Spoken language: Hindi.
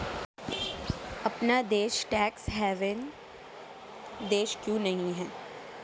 अपना देश टैक्स हेवन देश क्यों नहीं है?